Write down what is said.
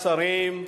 נגד,